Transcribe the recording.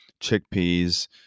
chickpeas